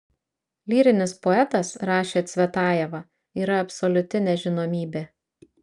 lyrinis poetas rašė cvetajeva yra absoliuti nežinomybė